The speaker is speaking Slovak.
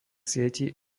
sietí